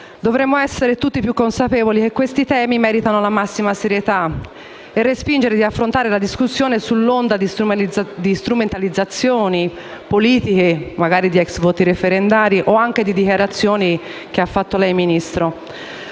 dovremmo essere tutti più consapevoli che questi temi meritano la massima serietà e respingere la tentazione di affrontare la discussione sull'onda di strumentalizzazioni politiche, magari di precedenti voti referendari o di dichiarazioni che ha fatto il Ministro.